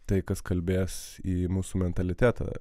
tai kas kalbės į mūsų mentalitetą